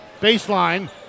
baseline